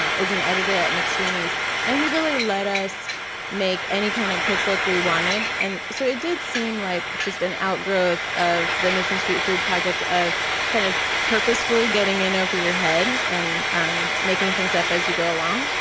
is an editor at mcsweeney's and he really let us make any kind of cookbook we wanted and so it did seem like just an outgrowth of the mission street food project of kind of purposefully getting in over your head and making things up as you go along.